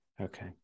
Okay